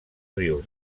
rius